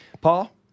Paul